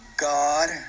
God